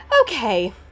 okay